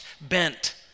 bent